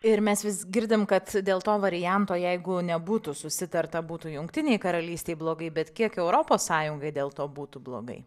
ir mes vis girdim kad dėl to varianto jeigu nebūtų susitarta būtų jungtinei karalystei blogai bet kiek europos sąjungai dėl to būtų blogai